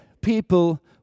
people